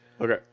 Okay